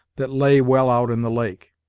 that lay well out in the lake.